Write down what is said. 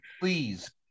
please